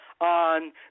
on